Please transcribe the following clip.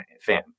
fan